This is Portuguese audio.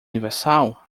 universal